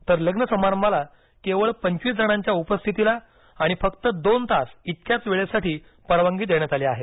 तर लग्न समारंभाला केवळ पंचवीस जणांच्या उपस्थितीला आणि फक्त दोन तास इतक्याच वेळेसाठी परवानगी देण्यात आली आहे